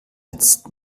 jetzt